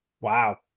wow